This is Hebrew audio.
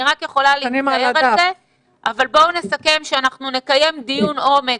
אני יכולה רק להצטער על זה ונסכם שנקיים דיון עומק,